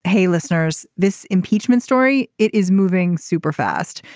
hey listeners this impeachment story is moving super fast.